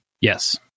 Yes